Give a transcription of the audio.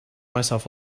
myself